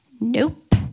Nope